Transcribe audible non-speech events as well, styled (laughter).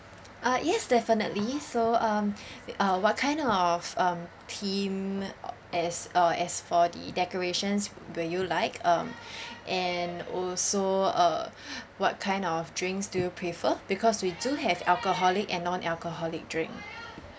uh yes definitely so um (breath) uh what kind of um theme as uh as for the decorations will you like um and also uh what kind of drinks do you prefer because we do have alcoholic and non-alcoholic drink